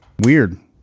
Weird